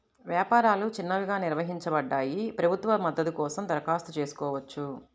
వ్యాపారాలు చిన్నవిగా నిర్వచించబడ్డాయి, ప్రభుత్వ మద్దతు కోసం దరఖాస్తు చేసుకోవచ్చు